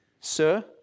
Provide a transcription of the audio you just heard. sir